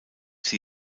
sie